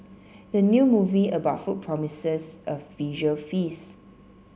the new movie about food promises a visual feast